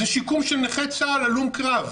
זה שיקום של נכה צה"ל הלום קרב,